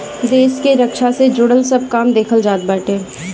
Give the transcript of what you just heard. देस के रक्षा से जुड़ल सब काम देखल जात बाटे